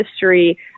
history